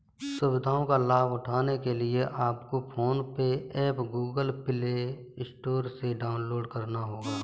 सुविधाओं का लाभ उठाने के लिए आपको PhonePe app Google Play Store से डाउनलोड करना होगा